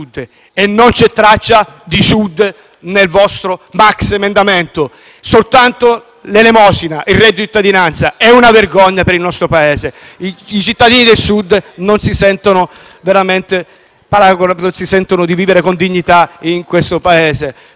nel vostro maxiemendamento. C'è soltanto l'elemosina: il reddito di cittadinanza. È una vergogna per il nostro Paese. I cittadini del Sud non si sentono di vivere con dignità in questo Paese. Potevate fare molto di più.